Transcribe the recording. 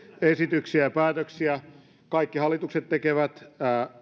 esityksiä ja päätöksiä kaikki hallitukset tekevät